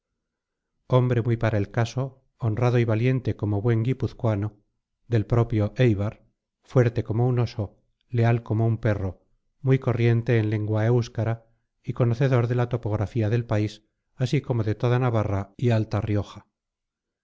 hombre muy para el caso honrado y valiente como buen guipuzcoano del propio eibar fuerte como un oso leal como un perro muy corriente en lengua éuskara y conocedor de la topografía del país así como de toda navarra y alta rioja